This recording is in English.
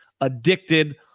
addicted